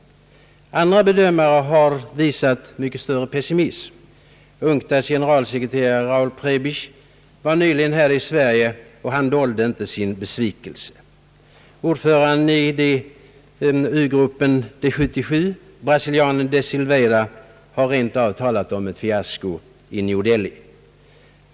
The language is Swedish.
Andra bedömare har visat mycket större pessimism. UNCTAD:s generalsekreterare Paul Prebisch besökte nyligen Sverige och han dolde då inte sin besvikelse. Ordföranden i U-gruppen »de 77» brasilianaren de Silveira har rentav talat om ett fiasko i New Delhi.